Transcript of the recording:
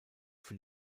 für